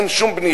אין שום בנייה.